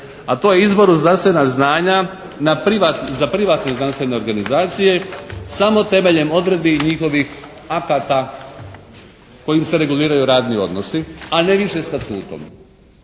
a to je izbor u znanstvena znanja za privatne znanstvene organizacije samo temeljem odredbi i njihovih akata kojima se reguliraju radni odnosi a ne više statutom.